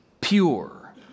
pure